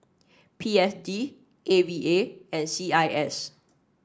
P S D A V A and C I S